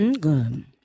good